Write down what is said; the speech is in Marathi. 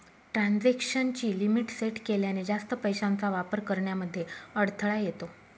ट्रांजेक्शन ची लिमिट सेट केल्याने, जास्त पैशांचा वापर करण्यामध्ये अडथळा येतो